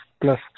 plus